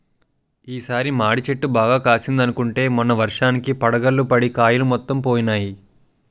ఈ సారి మాడి చెట్టు బాగా కాసిందనుకుంటే మొన్న వర్షానికి వడగళ్ళు పడి కాయలు మొత్తం పోనాయి